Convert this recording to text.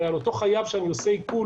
הרי אותו חייב שאני עושה עיקול,